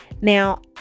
Now